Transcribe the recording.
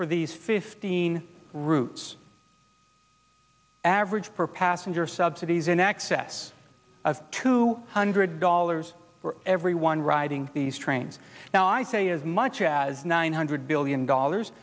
for these fifteen routes average per passenger subsidies in excess of two hundred dollars for every one riding these trains now i say as much as nine hundred billion dollars